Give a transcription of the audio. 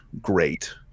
great